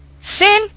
Sin